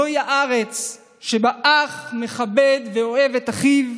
/ זוהי הארץ שבה אח מכבד ואוהב את אחיו.